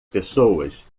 pessoas